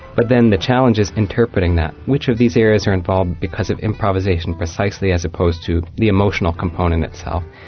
but then the challenge is in interpreting that. which of these areas are involved because of improvisation precisely, as opposed to the emotional component itself?